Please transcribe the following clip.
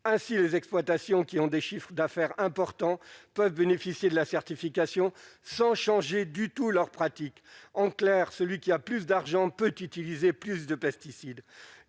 ainsi les exploitations qui ont des chiffres d'affaires importants peuvent bénéficier de la certification sans changer du tout leur pratique en clair, celui qui, il y a plus d'argent peut utiliser plus de pesticides,